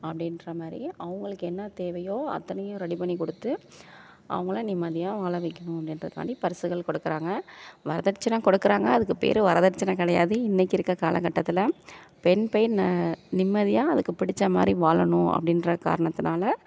அப்படின்ற மாதிரி அவங்களுக்கு என்ன தேவையோ அத்தனையும் ரெடி பண்ணிக்கொடுத்து அவங்கள நிம்மதியாக வாழ வைக்கணும் அப்படின்றதுக்காண்டி பரிசுகள் கொடுக்குறாங்க வரதட்சணை கொடுக்கிறாங்க அதுக்கு பேர் வரதட்சணை கிடையாது இன்றைக்கி காலக்கட்டத்தில் பெண் பெண் நிம்மதியாக அதுக்கு பிடித்த மாதிரி வாழணும் அப்படின்ற காரணத்தினால